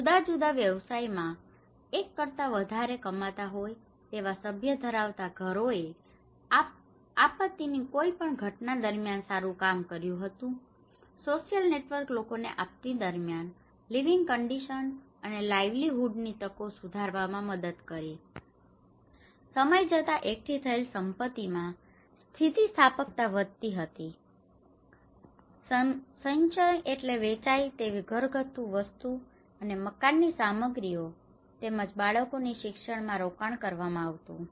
જુદા જુદા વ્યવસાયો માં એક કરતા વધારે કમાતા હોય તેવા સભ્ય ધરાવતા ઘરોએ આપતી ની કોઈ પણ ઘટના દરમિયાન સારું કામ કર્યું હતું સોશિયલ નેટવર્ક લોકોને આપતી દરમિયાન લિવિંગ કન્ડિશન અને લાઈવલીહુડ ની તકો સુધારવામાં મદદ કરી હતી સમય જતા એકઠી થયેલ સંપત્તિમાં સ્થિતિસ્થાપકતા વધતી હતી સંચય એટલે વેચાય તેવી ઘરગથ્થું વસ્તુઓ અને મકાન ની સામગ્રીઓ તેમજ બાળકોના શિક્ષણ માં રોકાણ કરવામાં આવતું